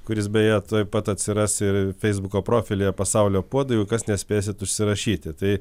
kuris beje tuoj pat atsiras ir feisbuko profilyje pasaulio puodai jau kas nespėsit užsirašyti tai